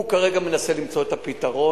הוא כרגע מנסה למצוא את הפתרון.